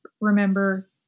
remember